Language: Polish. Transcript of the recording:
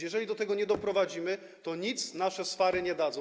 Jeżeli do tego nie doprowadzimy, to nic nasze swary nie dadzą.